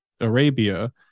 Arabia